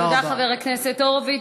תודה, חבר הכנסת הורוביץ.